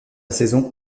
saison